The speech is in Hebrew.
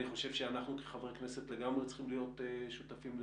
אני חושב שאנחנו כחברי כנסת לגמרי צריכים להיות שותפים לזה.